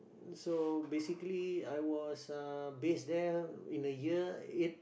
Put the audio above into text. so basically I was uh base there in a year eight